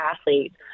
athletes